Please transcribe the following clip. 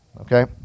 okay